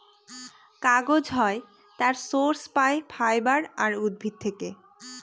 কাগজ হয় তার সোর্স পাই ফাইবার আর উদ্ভিদ থেকে